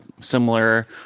similar